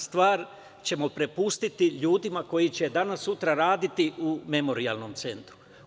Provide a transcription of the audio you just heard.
Na stvar ćemo prepustiti ljudima, koji će danas-sutra raditi u Memorijalnom centu.